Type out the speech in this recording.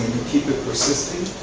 keep it consistent,